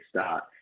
start